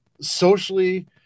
Socially